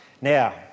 Now